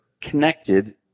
connected